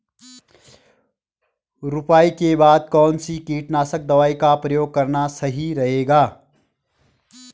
रुपाई के बाद कौन सी कीटनाशक दवाई का प्रयोग करना सही रहेगा?